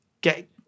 get